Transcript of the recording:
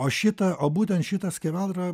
o šitą o būtent šitą skeveldra